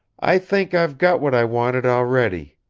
i think i've got what i wanted, already.